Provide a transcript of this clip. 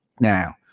now